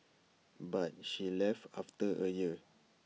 but she left after A year